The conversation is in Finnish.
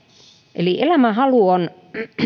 eli elämänhalu on